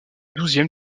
douzième